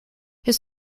his